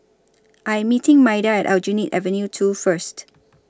I Am meeting Maida At Aljunied Avenue two First